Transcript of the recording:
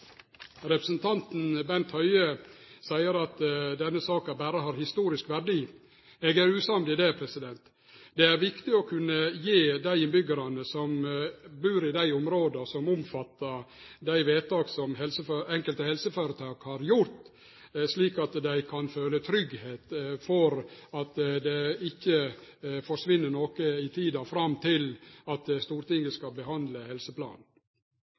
Representanten Bent Høie seier at denne saka berre har historisk verdi. Eg er usamd i det. Det er viktig at innbyggjarane som bur i områda som er omfatta av dei vedtaka som enkelte helseføretak har gjort, kan føle seg trygge på at det ikkje forsvinn noko i tida fram til Stortinget skal behandle helseplanen.